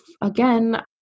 again